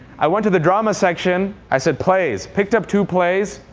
i went to the drama section. i said plays, picked up two plays.